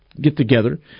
get-together